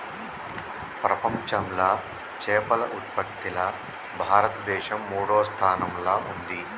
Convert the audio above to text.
ప్రపంచంలా చేపల ఉత్పత్తిలా భారతదేశం మూడో స్థానంలా ఉంది